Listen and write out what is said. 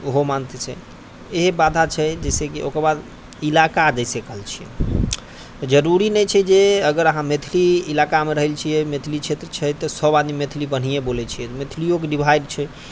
ओहो मानतै से इएह बाधा छै जैसे कि ओकर बाद इलाका देख सकै छियै तऽ जरूरी नहि छै जे अगर अहाँ मैथिली इलाकामे रहै छियै मैथिली क्षेत्र छै तऽ सभआदमी मैथिली बढ़िएँ बोलै छियै मैथिलियोके डिवाइड छै